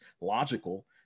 logical